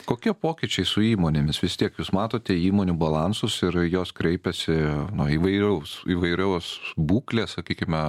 kokie pokyčiai su įmonėmis vis tiek jūs matote įmonių balansus ir jos kreipiasi nuo įvairaus įvairios būklės sakykime